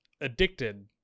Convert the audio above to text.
addicted